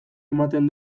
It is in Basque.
ematen